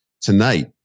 tonight